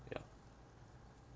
ya